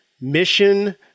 mission